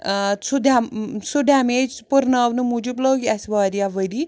ٲں سُہ سُہ ڈمیج پُرناونہٕ موٗجوٗب لگۍ اسہِ واریاہ ورۍ